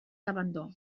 abandó